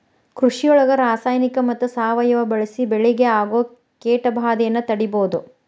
ಕೃಷಿಯೊಳಗ ರಾಸಾಯನಿಕ ಮತ್ತ ಸಾವಯವ ಬಳಿಸಿ ಬೆಳಿಗೆ ಆಗೋ ಕೇಟಭಾದೆಯನ್ನ ತಡೇಬೋದು